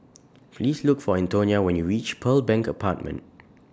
Please Look For Antonia when YOU REACH Pearl Bank Apartment